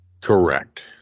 Correct